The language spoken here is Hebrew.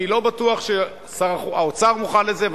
אני לא בטוח ששר האוצר מוכן לזה,